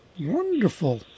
Wonderful